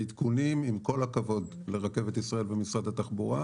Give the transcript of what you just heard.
עם כל הכבוד לרכבת ישראל ומשרד התחבורה,